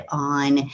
on